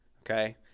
okay